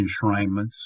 enshrinements